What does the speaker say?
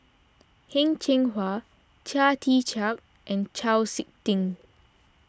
Heng Cheng Hwa Chia Tee Chiak and Chau Sik Ting